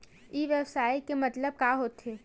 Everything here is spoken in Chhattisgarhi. ई व्यवसाय के मतलब का होथे?